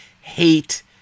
hate